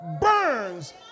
burns